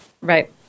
Right